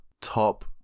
top